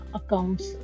accounts